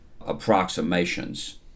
approximations